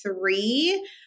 three